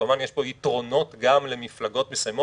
כמובן יש פה יתרונות גם למפלגות מסוימות,